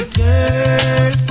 girl